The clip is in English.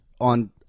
on